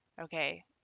Okay